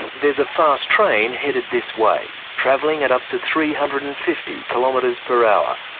there's a fast train headed this way, travelling at up to three hundred and fifty kilometres per hour,